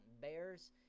bears